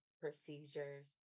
procedures